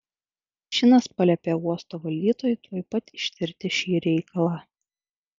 šinas paliepė uosto valdytojui tuoj pat ištirti šį reikalą